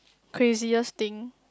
craziest thing